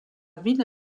ville